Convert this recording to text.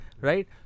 right